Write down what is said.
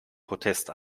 protest